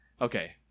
Okay